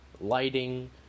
lighting